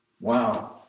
Wow